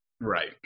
Right